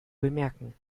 bemerken